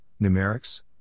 numerics